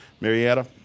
Marietta